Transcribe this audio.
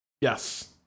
Yes